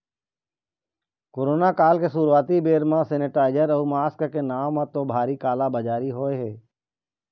corona काल के शुरुआती बेरा म सेनीटाइजर अउ मास्क के नांव म तो भारी काला बजारी होय हे